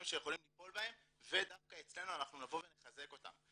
שיכולים ליפול בהם ודווקא אצלנו נבוא ונחזק אותם.